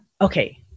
okay